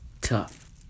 tough